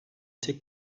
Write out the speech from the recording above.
tek